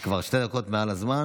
את כבר שתי דקות מעל הזמן.